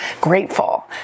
grateful